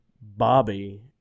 Bobby